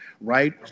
right